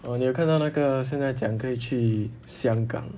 哦你有看到那个现在讲可以去香港